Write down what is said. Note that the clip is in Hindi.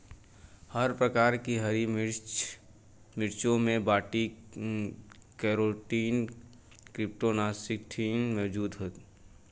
हर प्रकार की हरी मिर्चों में बीटा कैरोटीन क्रीप्टोक्सान्थिन मौजूद हैं